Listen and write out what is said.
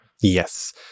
Yes